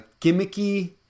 gimmicky